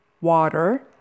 water